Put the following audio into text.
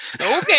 okay